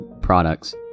products